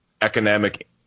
economic